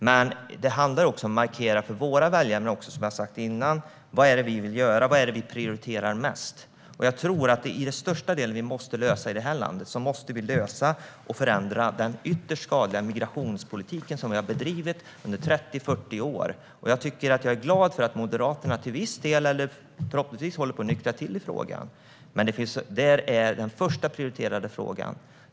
Men det handlar även, som jag har sagt tidigare, om att markera för våra väljare vad det är vi vill göra och vad vi prioriterar mest. Jag tror att det största problem vi har att lösa i det här landet handlar om den ytterst skadliga migrationspolitik som vi har bedrivit under 30-40 år. Den måste vi förändra. Jag är glad för att Moderaterna till viss del, förhoppningsvis, håller på att nyktra till i denna fråga. Detta är vår högst prioriterade fråga.